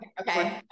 Okay